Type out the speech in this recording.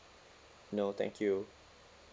no thank you